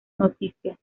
noticias